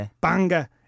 banger